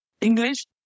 English